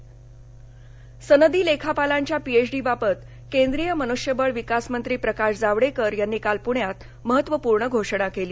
CMA भवन सनदी लेखापालांच्या पीएचडीबाबत केंद्रीय मनुष्यबळ विकास मंत्री प्रकाश जावडेकर यांनी काल पुण्यात महत्त्वपूर्ण घोषणा केली